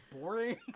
boring